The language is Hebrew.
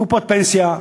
קופות פנסיה,